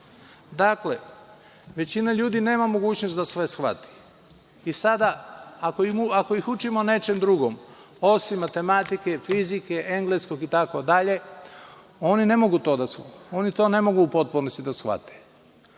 Dakle, većina ljudi nema mogućnost da sve shvati i sada, ako ih učimo nečem drugom, osim matematike, fizike, engleskog, itd, oni ne mogu to da shvate.